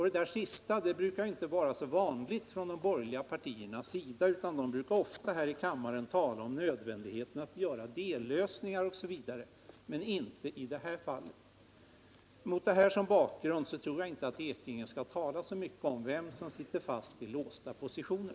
Det sistnämnda brukar inte vara så vanligt från de borgerliga partiernas sida, utan de brukar ofta tala om nödvändigheten av att göra dellösningar. Så har dock inte skett i detta fall. Mot det här som bakgrund tror jag inte att Bernt Ekinge skall tala så mycket om vem som sitter fast i låsta positioner.